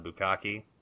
Bukaki